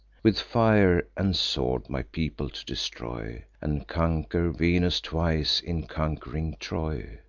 with fire and sword my people to destroy, and conquer venus twice, in conqu'ring troy.